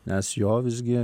nes jo visgi